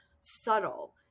subtle